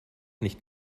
nicht